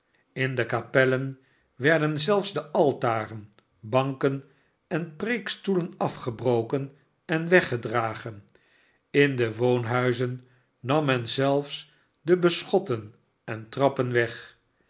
in de kapellen werden zelfs de altaren banken en preekstoelen afgebroken en weggedragen in de woonhuizen nam men zelfs de beschotten en trappen weg